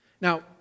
Now